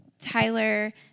Tyler